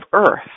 earth